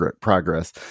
progress